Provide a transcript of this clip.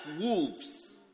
wolves